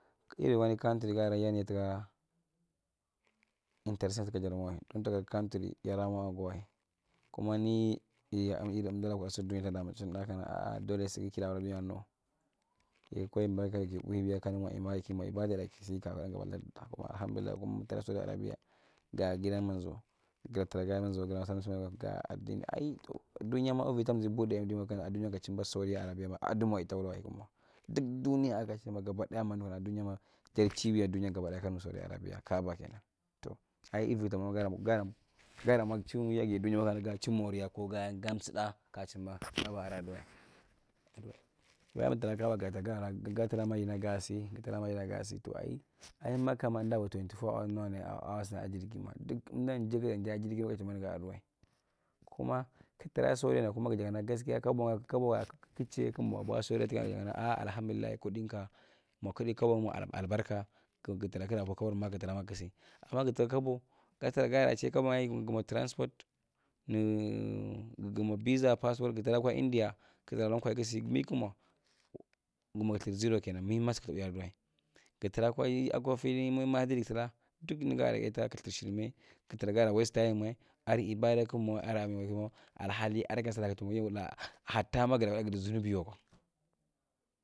Iri wani country gaaren yen dadi kuka inta set kadar mawa imtuka country jada mwa ago wa kuma ni yinda emdura kuda surdunyae ta dami chim tda kana a a dole sugi kilaa wuli ya no yi ko ibaa kan kana kilaa wula kilaa mwa ibaa datna kisi ki ta kwa da gaba kwa emdu tra kwa saudia ga gian manzo guda tra gajuba kwo gaa zuba ko masalachi ga adini ai dunyae ma ivi tamze budai ido ka chimba saudia arabia adi mawa ita wulawa yigi ma duk dunia aka che maka gaba daya mu akwa dunya ma gabadaya jadi chibaya dunyae gabadia nakana nir saudia rebia kaaba kena tow ai ivi damwa gayan garamwa gayam gayaramwan chin nu yegi dunyae kwa kana gaachi moria ko gayam gam sudna ka chimba kaaba adaaduwae ga tra kwa madina ga si gutra kwa madina ga si ai makka ma imdaabu twenti fo’awas nawane ai awa stadna akwa jirgi mawa duk emdan tia ta chimba nizi ai adaa duwae kuma kuk tra kwa a saudia kuma ghujadi kana kabo kabonyae kug chey kug jaddi kana gubakwa sodia a alaham dullai kudika mwa kudi kabo ma albarka gutra kug pu ugnar makka ki gutra kigsee ama guta kabo gaatra garaa chai kabongyae gumwa transpot guwu gum mwa bisa gu tra kwa india kug la wula koi kug see mikug mwa gumo surziro kena mima su kug wi ye adaduu gutra fellir maadrik laa duk nagare kathir shir mai gutra kug la waste time nyae adi ibaade kug mwa ada mulmi gi wae alhaali ada sura kug mundi guwae hattaa mugu kwadda sudi zunibi waka.